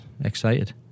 excited